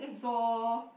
so